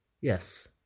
Yes